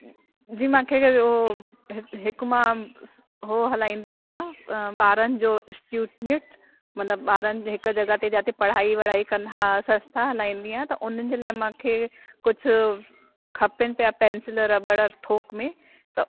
जी मूंखे उहो हिकु हिकु मां उहो हलाईंदी आहियां ॿारनि जो इस्ट्यूट्निट मतिलबु ॿारनि जे हिकु जॻहि ते जाते पढ़ाई वढ़ाई कंदा संस्था हलाईंदी आहियां त उन्हनि जे लाइ मूंखे कुझु खपनि पिया पेंसिल रॿड़ थोक में त